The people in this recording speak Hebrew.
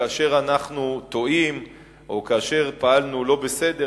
כאשר אנחנו טועים או כאשר פעלנו לא בסדר,